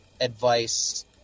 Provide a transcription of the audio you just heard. advice